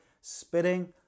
Spitting